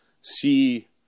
see